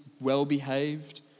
well-behaved